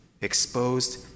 exposed